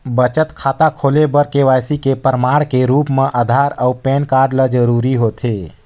बचत खाता खोले बर के.वाइ.सी के प्रमाण के रूप म आधार अऊ पैन कार्ड ल जरूरी होथे